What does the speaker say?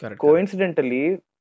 Coincidentally